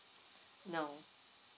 no